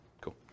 Cool